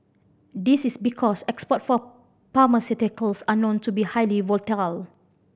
this is because export for pharmaceuticals are known to be highly volatile